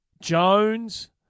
Jones